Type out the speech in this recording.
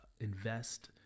invest